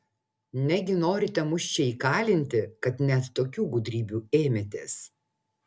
negi norite mus čia įkalinti kad net tokių gudrybių ėmėtės